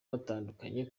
batandukanye